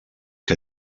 que